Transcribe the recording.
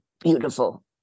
beautiful